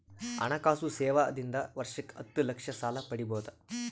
ಹಣಕಾಸು ಸೇವಾ ದಿಂದ ವರ್ಷಕ್ಕ ಹತ್ತ ಲಕ್ಷ ಸಾಲ ಪಡಿಬೋದ?